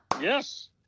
Yes